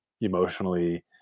emotionally